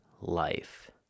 life